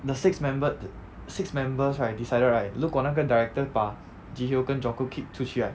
the six membered six members right decided right 如果那个 director 把 ji hyo 跟 jung kook kick 出去 right